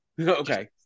Okay